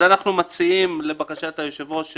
אז אנחנו מציעים, לבקשת היושב-ראש,